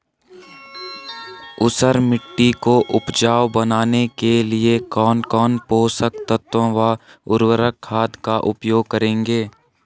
ऊसर मिट्टी को उपजाऊ बनाने के लिए कौन कौन पोषक तत्वों व उर्वरक खाद का उपयोग करेंगे?